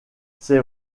c’est